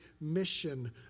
mission